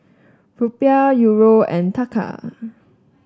Rupiah Euro and Taka